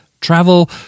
travel